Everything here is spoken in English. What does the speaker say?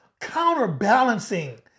counterbalancing